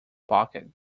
pocket